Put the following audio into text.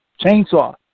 chainsaw